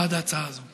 בעד ההצעה הזאת.